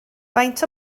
faint